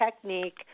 technique